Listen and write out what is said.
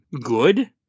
good